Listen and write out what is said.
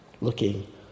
Looking